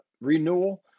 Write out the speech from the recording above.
renewal